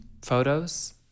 photos